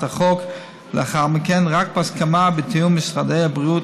החוק לאחר מכן רק בהסכמה ובתיאום משרדי הבריאות,